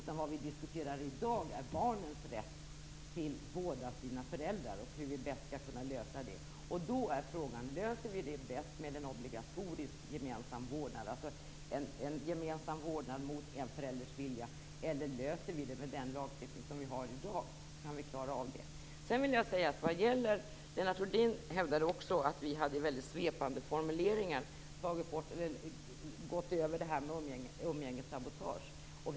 Det vi diskuterar i dag är barnens rätt till båda sina föräldrar och hur vi bäst skall kunna lösa det. Då är frågan: Löser vi det bäst med en obligatorisk gemensam vårdnad, alltså en gemensam vårdnad mot en förälders vilja, eller kan vi klara det med den lagstiftning vi har i dag? Lennart Rohdin hävdade också att vi hade mycket svepande formuleringar när det gällde umgängessabotage.